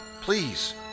Please